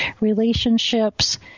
relationships